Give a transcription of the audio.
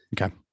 Okay